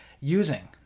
using